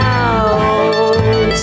out